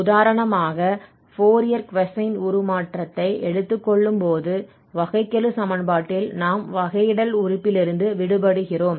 உதாரணமாக Fourier cosine உருமாற்றத்தை எடுத்துக் கொள்ளும்போது வகைக்கெழு சமன்பாட்டில் நாம் வகையிடல் உறுப்பிலிருந்து விடுபடுகிறோம்